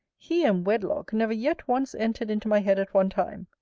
he and wedlock never yet once entered into my head at one time.